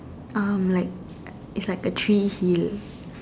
um like it's like a tree hill